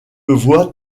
voie